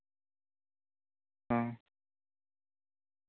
ᱚ